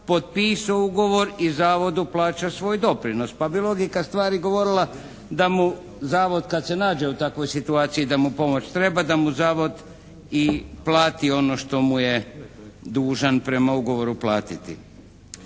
potpisao ugovor i zavodu plaća svoj doprinos pa bi logika stvari govorila da mu zavod kad se nađe u takvoj situaciji da mu pomoć treba da mu zavod i plati ono što mu je dužan prema ugovoru platiti.